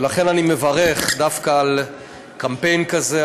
ולכן אני מברך דווקא על קמפיין כזה,